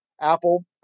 Apple